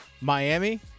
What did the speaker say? Miami